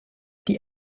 die